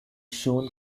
shown